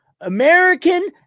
American